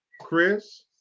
Chris